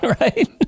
Right